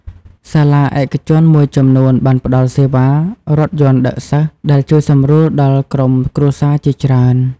សាលាឯកជនមួយចំនួនបានផ្តល់សេវារថយន្តដឹកសិស្សដែលជួយសម្រួលដល់ក្រុមគ្រួសារជាច្រើន។